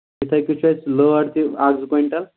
یِتھَے کَنۍ چھُ اَسہِ لٲر تہِ اَکھ زٕ کویِنٹَل